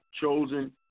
chosen